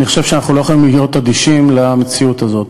אני חושב שאנחנו לא יכולים להיות אדישים למציאות הזאת.